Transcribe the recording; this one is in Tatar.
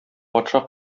патша